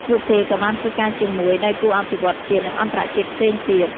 ពួកគេក៏បានធ្វើការជាមួយ ដៃគូអភិវឌ្ឍន៍ជាតិ និងអន្តរជាតិផ្សេងទៀត។